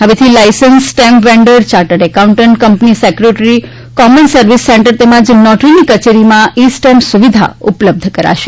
હવેથી licensee stamp vendor chartered accountant company secretary common service centre તેમજ નોટરીની કચેરીમાં ઇ સ્ટેમ્પ સુવિધા ઉપલબ્ધ કરાશે